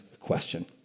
question